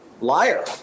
liar